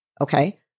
Okay